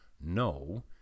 no